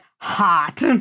hot